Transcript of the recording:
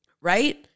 Right